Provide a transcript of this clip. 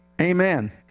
Amen